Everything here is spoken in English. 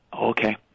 okay